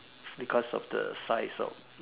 because of the size of